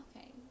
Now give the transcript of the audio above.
okay